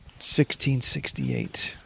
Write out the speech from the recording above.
1668